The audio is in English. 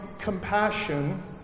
compassion